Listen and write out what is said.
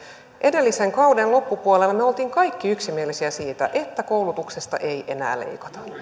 edellisen kauden loppupuolella me olimme kaikki yksimielisiä siitä että koulutuksesta ei enää leikata